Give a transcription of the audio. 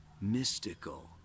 mystical